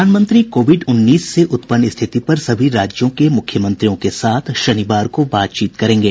प्रधानमंत्री कोविड उन्नीस से उत्पन्न स्थिति पर सभी राज्यों के मुख्यमंत्रियों के साथ शनिवार को बातचीत करेंगे